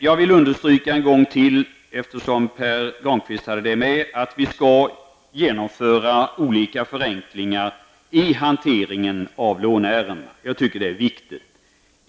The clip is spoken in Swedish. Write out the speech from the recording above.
Jag vill en gång till understryka, eftersom Pär Granstedt nämnde det, att vi skall genomföra olika förenklingar i hanteringen av låneärenden. Jag tycker att det är viktigt.